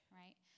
right